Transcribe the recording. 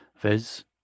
Viz